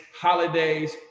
holidays